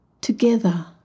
Together